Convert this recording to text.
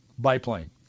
biplane